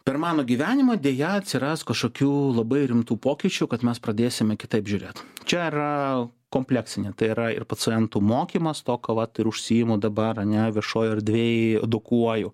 per mano gyvenimą deja atsiras kažkokių labai rimtų pokyčių kad mes pradėsime kitaip žiūrėt čia yra kompleksinė tai yra ir pacientų mokymas to ko vat ir užsiimu dabar ane viešoj erdvėj edukuoju